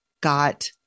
got